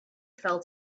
fell